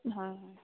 হয় হয়